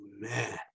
man